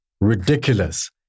ridiculous